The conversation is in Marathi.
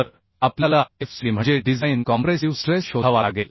तर आपल्याला FCDम्हणजे डिझाइन कॉम्प्रेसिव स्ट्रेस शोधावा लागेल